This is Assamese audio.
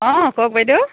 অঁ কওক বাইদেউ